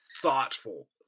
thoughtful